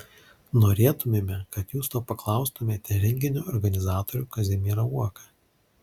norėtumėme kad jūs to paklaustumėte renginio organizatorių kazimierą uoką